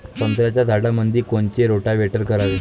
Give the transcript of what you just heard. संत्र्याच्या झाडामंदी कोनचे रोटावेटर करावे?